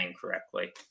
correctly